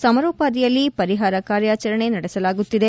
ಸಮಾರೋಪಾದಿಯಲ್ಲಿ ಪರಿಹಾರ ಕಾರ್ಯಾಚರಣೆ ನಡೆಸಲಾಗುತ್ತಿದೆ